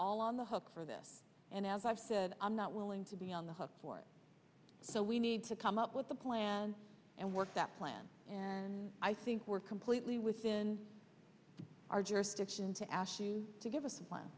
all on the hook for this and as i've said i'm not willing to be on the hook for so we need to come up with a plan and work that plan and i think we're completely within our jurisdiction to ask you to give us a plan